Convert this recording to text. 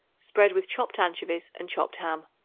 spread with chopped anchovies and chopped ham.